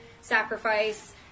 sacrifice